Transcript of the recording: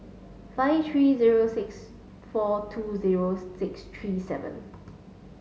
five three zero six four two zero six three seven